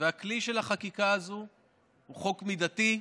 והכלי של החקיקה הזו הוא חוק מידתי,